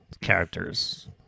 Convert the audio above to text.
characters